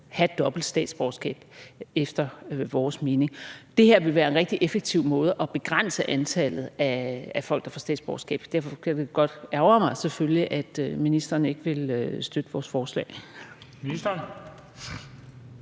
have dobbelt statsborgerskab, efter vores mening. Det her vil være en rigtig effektiv måde at begrænse antallet af folk, der får statsborgerskab, på. Derfor kan det godt ærgre mig, selvfølgelig, at ministeren ikke vil støtte vores forslag. Kl.